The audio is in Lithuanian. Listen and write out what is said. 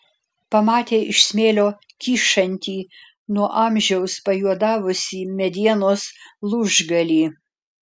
pamatė iš smėlio kyšantį nuo amžiaus pajuodavusį medienos lūžgalį